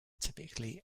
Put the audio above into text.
typically